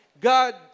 God